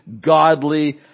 godly